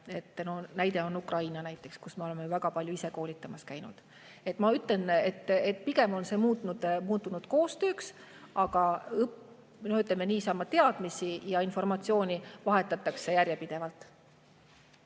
Näiteks Ukrainas me oleme väga palju ise koolitamas käinud. Ma ütlen, et pigem on see muutunud koostööks, aga ka niisama teadmisi ja informatsiooni vahetatakse järjepidevalt.